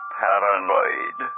paranoid